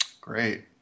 Great